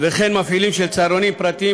וכן מפעילים של צהרונים פרטיים,